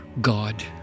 God